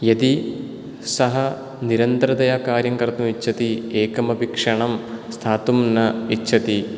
यदि सः निरन्तरतया कार्यं कर्तुम् इच्छति एकमपि क्षणं स्थातुं न इच्छति